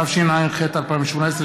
התשע"ח 2018,